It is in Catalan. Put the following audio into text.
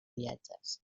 viatges